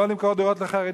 לא למכור דירות לחרדים,